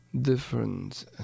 different